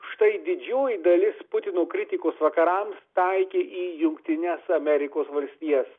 štai didžioji dalis putino kritikos vakarams taikė į jungtines amerikos valstijas